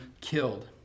killed